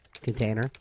container